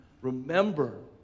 remember